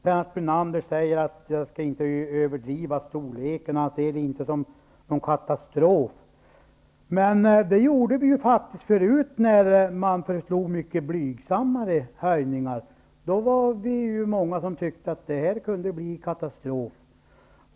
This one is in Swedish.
Lennart Brunander säger att jag inte skall överdriva storleken, och han ser inte detta som någon katastrof. Men det gjorde vi faktiskt förut, när man föreslog mycket blygsammare höjningar. Då var vi många som tyckte att det kunde bli katastrof.